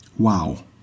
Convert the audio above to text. Wow